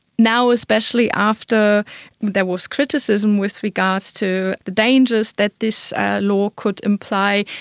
now especially after there was criticism with regards to the dangers that this law could imply,